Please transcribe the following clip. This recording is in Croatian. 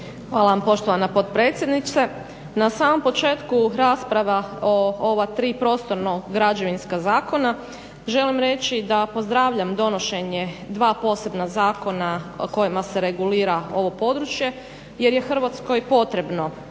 Hvala vam poštovana potpredsjednice. Na samom početku rasprava o ova tri prostorno-građevinska zakona želim reći da pozdravljam donošenje dva posebna zakona kojima se regulira ovo područje jer je Hrvatskoj potrebno